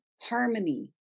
harmony